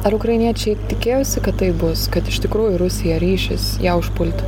ar ukrainiečiai tikėjosi kad taip bus kad iš tikrųjų rusija ryšis ją užpulti